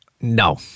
No